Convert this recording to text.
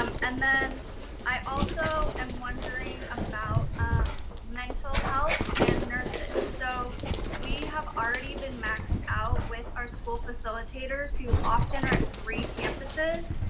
um and then i also am wondering about mental health and nurses. so we have already been maxed out with our school facilitators who often are at three campuses.